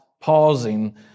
pausing